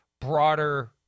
broader